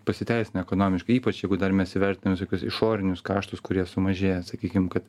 pasiteisina ekonomiškai ypač jeigu dar mes įvertinam visokius išorinius kaštus kurie sumažėja sakykim kad